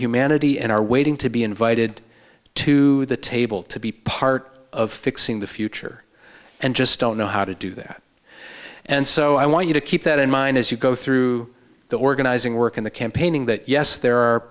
humanity and are waiting to be invited to the table to be part of fixing the future and just don't know how to do that and so i want you to keep that in mind as you go through the organizing work in the campaigning that yes there are